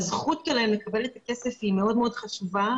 הזכות שלהן לקבל את הכסף היא מאוד מאוד חשובה,